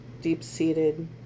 deep-seated